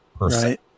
Right